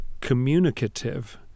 communicative